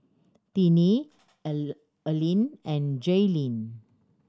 Tinie Aline and Jailene